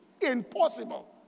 Impossible